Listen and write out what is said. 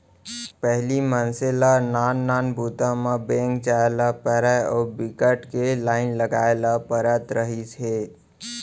पहिली मनसे ल नान नान बूता म बेंक जाए ल परय अउ बिकट के लाईन लगाए ल परत रहिस हे